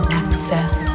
access